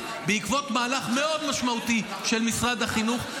בעקבות מהלך מאוד משמעותי של משרד החינוך.